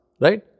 Right